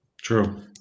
true